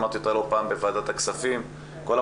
אמרתי אותה לא פעם בוועדת הכספים,